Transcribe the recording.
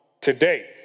today